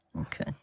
Okay